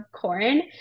corn